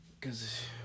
cause